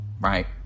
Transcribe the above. right